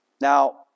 Now